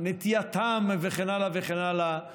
נטייתם וכן הלאה וכן הלאה,